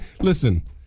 Listen